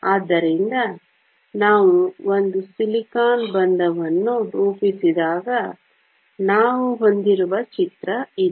ಆದ್ದರಿಂದ ನಾವು ಒಂದು ಸಿಲಿಕಾನ್ ಬಂಧವನ್ನು ರೂಪಿಸಿದಾಗ ನಾವು ಹೊಂದಿರುವ ಚಿತ್ರ ಇದು